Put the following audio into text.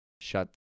shut